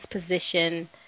position